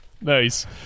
Nice